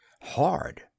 Hard